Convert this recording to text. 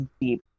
deep